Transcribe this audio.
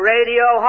Radio